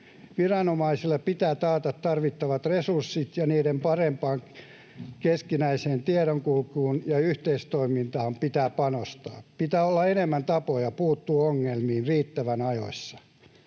Viranomaisille pitää taata tarvittavat resurssit, ja niiden parempaan keskinäiseen tiedonkulkuun ja yhteistoimintaan pitää panostaa. Pitää olla enemmän tapoja puuttua ongelmiin riittävän ajoissa.